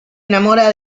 enamora